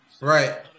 Right